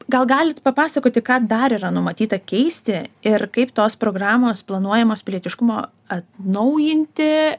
gal galit papasakoti ką dar yra numatyta keisti ir kaip tos programos planuojamos pilietiškumo atnaujinti